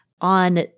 on